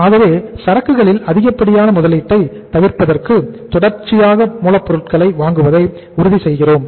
ஆகவே சரக்குகளில் அதிகப்படியான முதலீட்டை தவிர்ப்பதற்கு தொடர்ச்சியாக மூலப்பொருட்களை வழங்குவதை உறுதி செய்கிறோம்